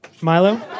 Milo